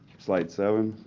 slide seven.